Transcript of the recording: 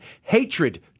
hatred